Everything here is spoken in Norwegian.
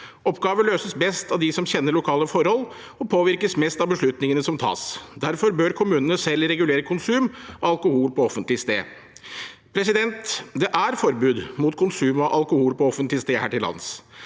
Oppgaver løses best av dem som kjenner lokale forhold og påvirkes mest av beslutningene som tas. Derfor bør kommunene selv regulere konsum av alkohol på offentlig sted. Det er forbud mot konsum av alkohol på offentlig sted her til lands.